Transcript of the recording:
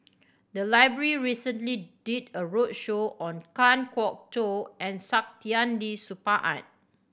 the library recently did a roadshow on Kan Kwok Toh and Saktiandi Supaat